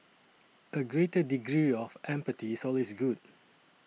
a greater degree of empathy is always good